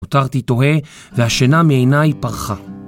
נותרתי תוהה והשינה מעיני פרחה.